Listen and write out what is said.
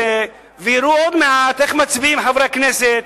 ויראו עוד מעט איך מצביעים חברי הכנסת,